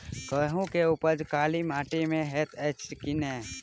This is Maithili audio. गेंहूँ केँ उपज काली माटि मे हएत अछि की नै?